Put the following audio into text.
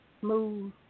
smooth